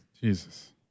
Jesus